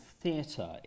theatre